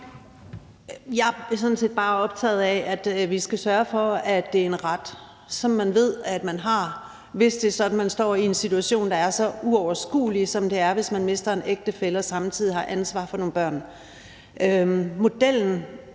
Jeg er sådan set bare optaget af, at vi skal sørge for, at det er en ret, som man ved man har, hvis det er sådan, man står i en situation, der er så uoverskuelig, som tilfældet er, hvis man mister en ægtefælle og samtidig har ansvaret for nogle børn. Modellen